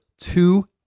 two